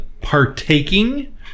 partaking